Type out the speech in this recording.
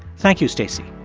thank you, stacey